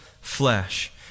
flesh